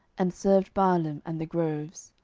and served baalim and the groves.